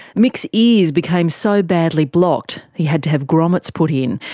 mick's ears became so badly blocked he had to have grommets put in.